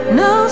no